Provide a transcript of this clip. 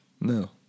No